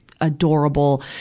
Adorable